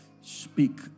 speak